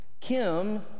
Kim